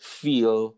feel